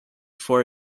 for